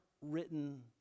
written